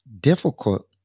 difficult